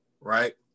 right